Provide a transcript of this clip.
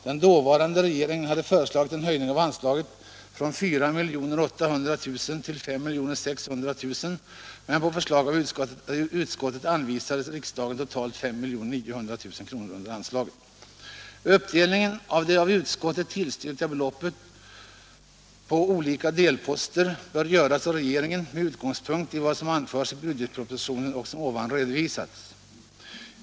Den dåvarande regeringen hade föreslagit en höjning av anslaget från 4 800 000 kr. till 5 600 000 kr., men på förslag av utskottet anvisade riksdagen totalt 5 900 000 kr. under anslaget. Uppdelningen av det av utskottet tillstyrkta beloppet på olika delposter bör göras av regeringen med utgångspunkt i vad som anförs i budgetpropositionen och som ovan redovisats.